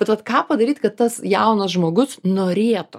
bet vat ką padaryt kad tas jaunas žmogus norėtų